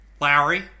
Lowry